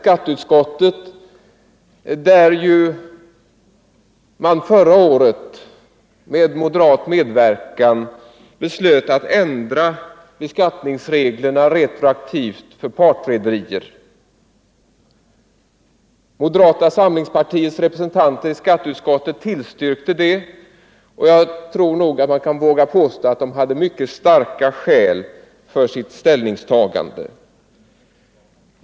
skatteutskottet, där man förra året med moderat medverkan beslöt att retroaktivt ändra beskattningsreglerna för partrederier. Moderata samlingspartiets representanter i skatteutskottet tillstyrkte ett förslag härom, och jag tror man vågar påstå att de hade mycket starka skäl för sitt ställningstagande.